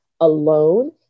alone